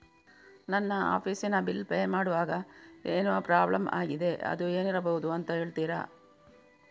ನನ್ನ ಆಫೀಸ್ ನ bill pay ಮಾಡ್ವಾಗ ಏನೋ ಪ್ರಾಬ್ಲಮ್ ಆಗಿದೆ ಅದು ಏನಿರಬಹುದು ಅಂತ ಹೇಳ್ತೀರಾ?